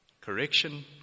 Correction